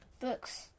Books